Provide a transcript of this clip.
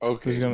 Okay